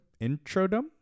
introdom